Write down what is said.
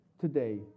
today